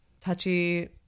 touchy